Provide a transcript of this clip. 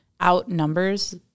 outnumbers